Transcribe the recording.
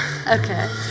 Okay